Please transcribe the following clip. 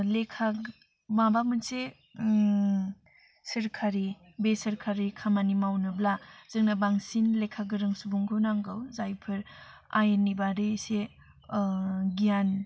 लेखा माबा मोनसे सोरखारि बे सोरखारि खामानि मावनोब्ला जोंनो बांसिन लेखा गोरों सुबुंखौ नांगौ जायफोर आयेननि बादै एसे गियान